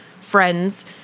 friends